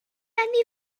anifail